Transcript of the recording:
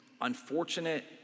unfortunate